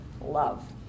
love